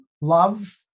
love